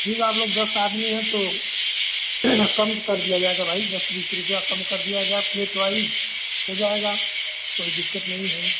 ठीक है आप लोग दस आदमी हैं तो कम कर दिया जाएगा भाई दस बीस रुपये कम कर दिया जाए प्लेट वाइज हो जाएगा कोई दिक़्क़त नहीं है